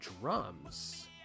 drums